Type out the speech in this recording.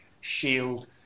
shield